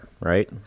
right